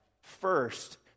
First